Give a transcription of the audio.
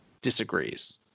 disagrees